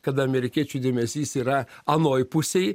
kada amerikiečių dėmesys yra anoj pusėj